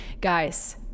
guys